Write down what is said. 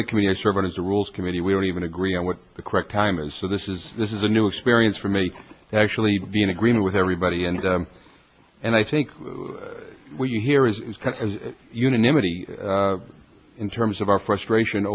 other community services the rules committee we don't even agree on what the correct time is so this is this is a new experience for me to actually be in agreement with everybody and and i think we here is unanimity in terms of our frustration